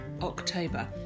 October